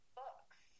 books